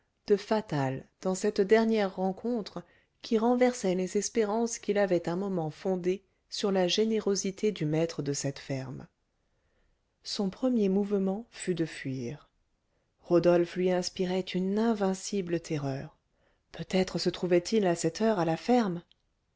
de fatal dans cette dernière rencontre qui renversait les espérances qu'il avait un moment fondées sur la générosité du maître de cette ferme son premier mouvement fut de fuir rodolphe lui inspirait une invincible terreur peut-être se trouvait-il à cette heure à la ferme